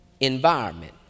environment